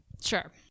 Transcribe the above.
sure